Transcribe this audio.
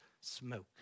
smoke